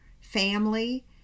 family